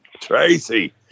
Tracy